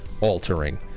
altering